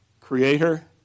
creator